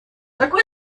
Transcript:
такой